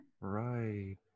right